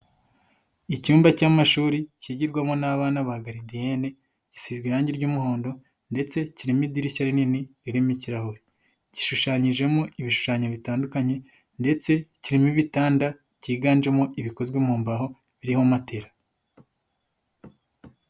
Icyumba cy'amashuri kigirwamo n'abana ba garidiyene, gisizwe irangi ry'umuhondo ndetse kirimo idirishya rinini ririmo ikirahure. Gishushanyijemo ibishushanyo bitandukanye, ndetse kirimo ibitanda, byiganjemo ibikozwe mu mbaho, biriho matera.